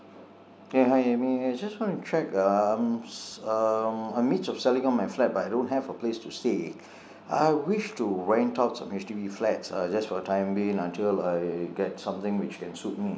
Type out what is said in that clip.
ya hi amy I just want to check uh um I am in the midst of selling off my flat but I don't have a place to stay I wish to rent out some H_D_B flats uh just for the time being until I get something which can suit me